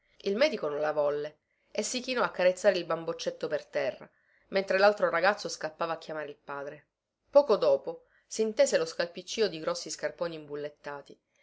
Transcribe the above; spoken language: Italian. il medico non la volle e si chinò a carezzare il bamboccetto per terra mentre laltro ragazzo scappava a chiamare il padre poco dopo sintese lo scalpiccio di grossi scarponi imbullettati e di